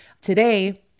Today